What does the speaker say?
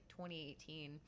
2018